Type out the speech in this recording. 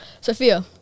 Sophia